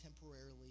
temporarily